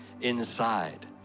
inside